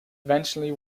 eventually